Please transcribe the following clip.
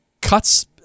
cuts